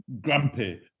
grumpy